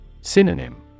Synonym